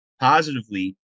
positively